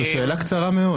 זו שאלה קצרה מאוד.